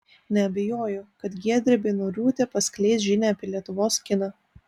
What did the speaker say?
neabejoju kad giedrė beinoriūtė paskleis žinią apie lietuvos kiną